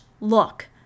look